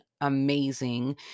amazing